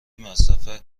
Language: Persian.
مصرف